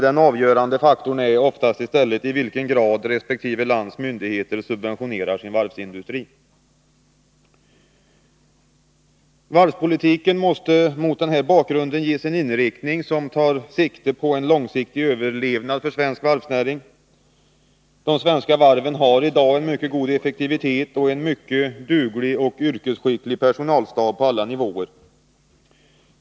Den avgörande faktorn är oftast i vilken grad resp. lands myndigheter subventionerar sin varvsindustri. Varvspolitiken måste mot denna bakgrund ges en inriktning som tar sikte på en långsiktig överlevnad av svensk varvsnäring. De svenska varven har i dag en mycket god effektivitet och en mycket duglig och yrkesskicklig personalstab på alla nivåer.